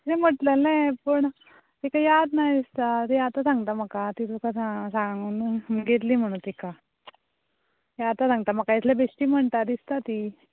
तेणी म्हणलेलें पूण तिका याद ना दिसता ती आतां सांगता म्हाका ती तुका सांगू सांगून गेल्ली म्हणून तिका ही आतां सांगता म्हाका एतले बेश्टी म्हणटा दिसता ती